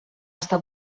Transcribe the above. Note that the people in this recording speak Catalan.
està